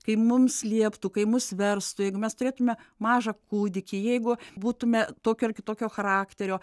kai mums lieptų kai mus verstų jeigu mes turėtume mažą kūdikį jeigu būtume tokio ar kitokio charakterio